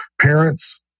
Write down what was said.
Parents